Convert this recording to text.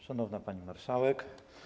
Szanowna Pani Marszałek!